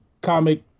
comic